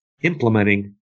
implementing